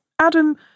Adam